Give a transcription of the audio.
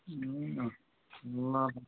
ए अँ ल ल